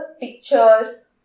pictures